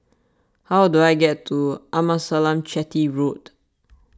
how do I get to Amasalam Chetty Road